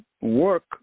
work